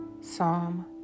Psalm